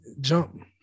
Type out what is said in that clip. jump